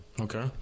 Okay